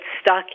stuck